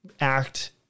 act